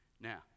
Now